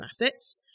assets